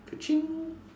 ka ching